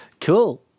cool